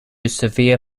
severe